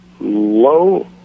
low